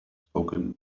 spoken